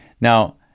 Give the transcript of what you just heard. Now